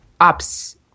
ops